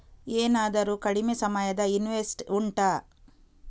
ಏನಾದರೂ ಕಡಿಮೆ ಸಮಯದ ಇನ್ವೆಸ್ಟ್ ಉಂಟಾ